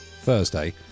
Thursday